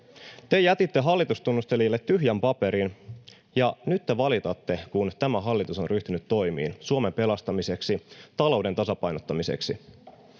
Te jätitte hallitustunnustelijalle tyhjän paperin, ja nyt te valitatte, kun tämä hallitus on ryhtynyt toimiin Suomen pelastamiseksi, talouden tasapainottamiseksi.